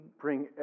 bring